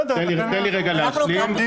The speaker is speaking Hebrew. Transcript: תן לי רגע להשלים.